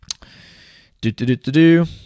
Do-do-do-do-do